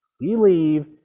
believe